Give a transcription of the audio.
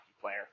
player